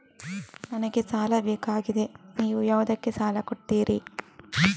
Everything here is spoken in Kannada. ನನಗೆ ಸಾಲ ಬೇಕಾಗಿದೆ, ನೀವು ಯಾವುದಕ್ಕೆ ಸಾಲ ಕೊಡ್ತೀರಿ?